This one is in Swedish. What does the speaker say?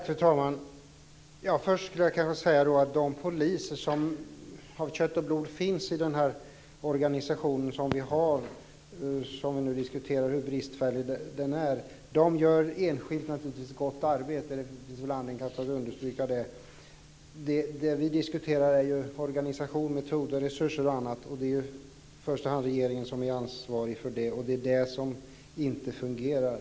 Fru talman! Först vill jag säga att de poliser av kött och blod som finns i organisationen, som vi nu diskuterar hur bristfällig den är, naturligtvis enskilt gör ett gott arbete. Det finns anledning att understryka det. Det som vi diskuterar är ju organisation, metod, resurser och annat. Det är ju i första hand regeringen som är ansvarig för det, och det är det som inte fungerar.